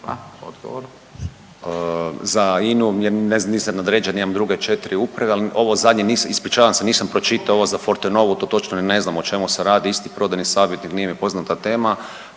da je određen jedan druge četiri, ali ovo zadnje nisam, ispričavam se, nisam pročitao ovo za Fortenovu to točno ni ne znam o čemu se radi, isti prodajni savjetnik nije mi poznata tema.